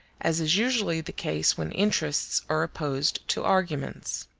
as is usually the case when interests are opposed to arguments.